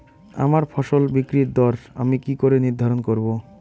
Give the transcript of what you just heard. আমার ফসল বিক্রির দর আমি কি করে নির্ধারন করব?